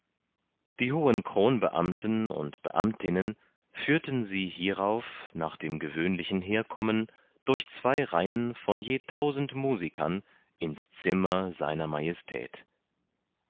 die hohen kron beamten und beamtinnen führten sie hierauf nach dem gewöhnlichen herkommen durch zwei reihen von je tausend musikern ins zimmer sr majestät